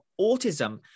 autism